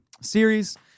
series